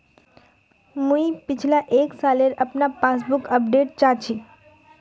मुई पिछला एक सालेर अपना पासबुक अपडेट चाहची?